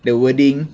the wording